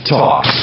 talk